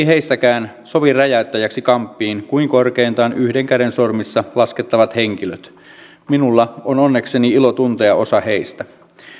heistäkään sovi räjäyttäjäksi kamppiin kuin korkeintaan yhden käden sormilla laskettavat henkilöt minulla on onnekseni ilo tuntea osa heistä